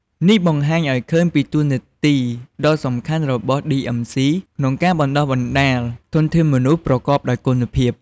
នេះបង្ហាញឱ្យឃើញពីតួនាទីដ៏សំខាន់របស់ ឌីអឹមស៊ី (DMC) ក្នុងការបណ្ដុះបណ្ដាលធនធានមនុស្សប្រកបដោយគុណភាព។